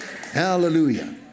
Hallelujah